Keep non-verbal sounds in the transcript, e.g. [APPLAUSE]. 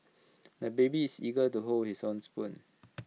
[NOISE] the baby is eager to hold his own spoon